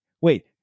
wait